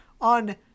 on